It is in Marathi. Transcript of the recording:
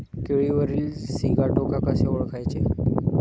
केळीवरील सिगाटोका कसे ओळखायचे?